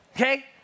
okay